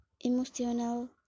Emotional